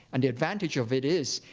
and the advantage of it is,